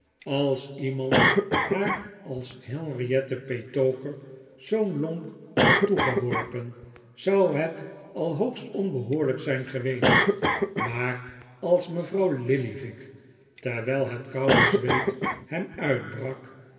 als iemand haar als henriette petowker zoo'n lonk had toegeworpen zou het al hoogst onbehoorlijk zijn geweest maar als me vrouw lillyvick terwijl het koude zweet hem uitbrak